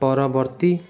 ପରବର୍ତ୍ତୀ